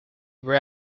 were